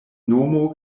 nomo